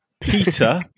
peter